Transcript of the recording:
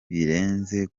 birenze